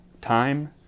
time